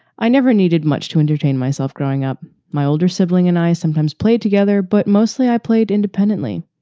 i never needed much to entertain myself growing up. my older sibling and i sometimes played together, but mostly i played independently.